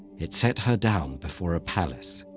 it set her down before a palace.